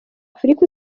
afurika